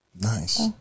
Nice